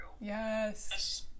yes